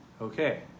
Okay